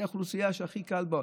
כי היא האוכלוסייה שהכי קל איתה.